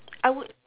I would